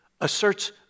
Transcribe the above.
asserts